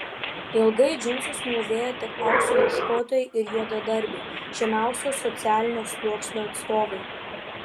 ilgai džinsus mūvėjo tik aukso ieškotojai ir juodadarbiai žemiausio socialinio sluoksnio atstovai